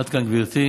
עד כאן, גברתי.